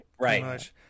Right